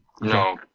No